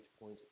point